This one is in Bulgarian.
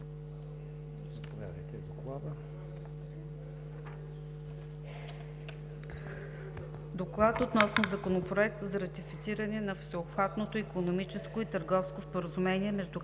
„ДОКЛАД по Законопроекта за ратифициране на Всеобхватното икономическо и търговско споразумение между